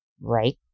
Right